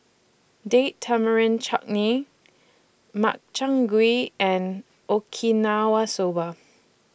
Date Tamarind Chutney Makchang Gui and Okinawa Soba